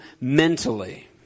mentally